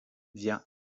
vient